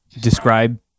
describe